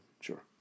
Sure